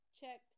checked